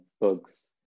books